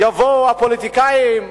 יבואו הפוליטיקאים,